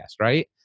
right